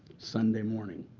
sunday morning.